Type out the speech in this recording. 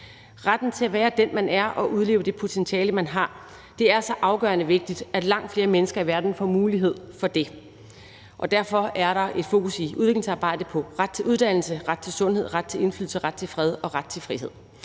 »Ret til at være den, man er, og udleve det potentiale, man har. Det er så afgørende vigtigt, at langt flere mennesker i verden får mulighed for det.« Endelig sagde han: »Ret til uddannelse, ret til sundhed, ret til indflydelse, ret til fred. Ret til frihed.«